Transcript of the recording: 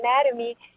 anatomy